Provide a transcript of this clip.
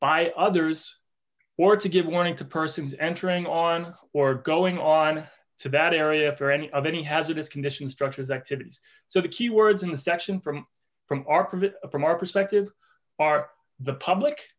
by others or to give warning to persons entering on or going on to that area for any of any hazardous conditions structures activities so the key words in the section from from our permit from our perspective are the public